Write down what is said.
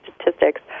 statistics